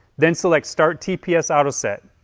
then select start tps auto set.